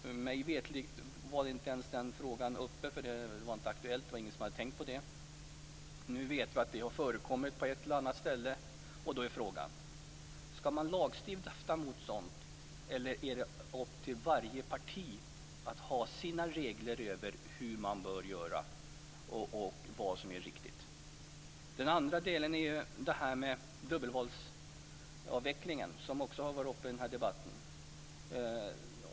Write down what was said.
Mig veterligt var den frågan inte ens uppe, därför att ingen hade tänkt på det. Nu vet vi att det har förekommit på ett och annat ställe. Då är frågan: Skall man lagstifta mot sådant, eller är det upp till varje parti att ha sina regler för hur man bör göra och vad som är riktigt? Den andra delen handlar om dubbelvalsavvecklingen som också har tagits upp i den här debatten.